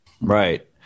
Right